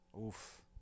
Oof